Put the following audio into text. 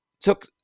took